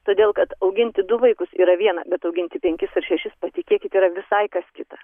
todėl kad auginti du vaikus yra viena bet auginti penkis ar šešis patikėkit yra visai kas kita